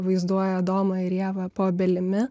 vaizduoja adomą ir ievą po obelimi